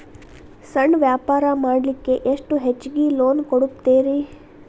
ಸಣ್ಣ ವ್ಯಾಪಾರ ಮಾಡ್ಲಿಕ್ಕೆ ಎಷ್ಟು ಹೆಚ್ಚಿಗಿ ಲೋನ್ ಕೊಡುತ್ತೇರಿ?